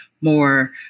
more